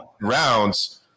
rounds